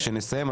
כשנסיים,